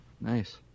Nice